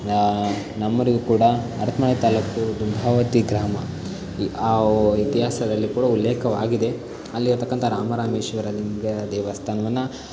ನಮ್ಮೂರಿಗೆ ಕೂಡ ಹರಪನಹಳ್ಳಿ ತಾಲ್ಲೂಕು ದುರ್ಗಾವತಿ ಗ್ರಾಮ ಇತಿಹಾಸದಲ್ಲಿ ಕೂಡ ಉಲ್ಲೇಖವಾಗಿದೆ ಅಲ್ಲಿರತಕ್ಕಂತಹ ರಾಮರಾಮೇಶ್ವರಲಿಂಗ ದೇವಸ್ಥಾನವನ್ನು